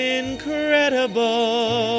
incredible